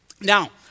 Now